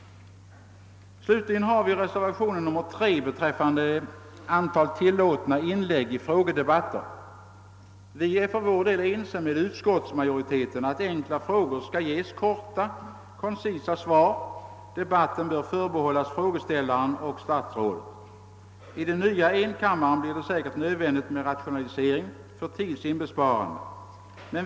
Slutligen har vi reservationen 3 be träffande antalet tillåtna inlägg i frågedebatter. Vi är ense med utskottsmajoriteten om att på enkla frågor skall ges korta, koncisa svar. Debatten bör förbehållas frågeställaren och statsrådet. I den nya enkammaren blir det säkert nödvändigt med rationalisering för tids inbesparande.